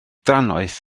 drannoeth